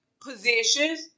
positions